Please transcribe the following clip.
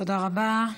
תודה רבה.